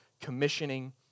commissioning